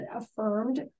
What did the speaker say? affirmed